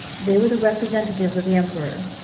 they were the representatives of the emperor.